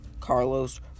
Carlos